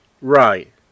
right